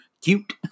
cute